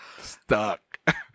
stuck